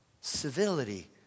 civility